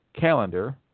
calendar